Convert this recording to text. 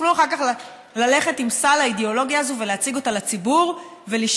תוכלו אחר כך ללכת עם סל האידיאולוגיה הזה ולהציג אותה לציבור ולשאול,